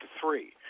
three